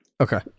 Okay